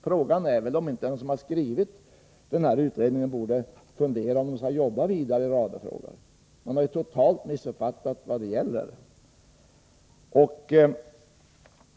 Frågan är väl om inte de som har gjort den här utredningen borde fundera över om de skall jobba vidare med radiofrågor. De har ju totalt missuppfattat vad det gäller!